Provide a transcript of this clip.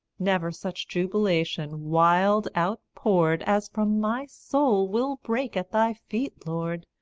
never such jubilation wild out-poured as from my soul will break at thy feet, lord,